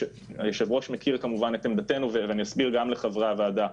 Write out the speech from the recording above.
היושב-ראש מכיר כמובן את עמדתנו ואני אסביר גם לחברי הוועדה.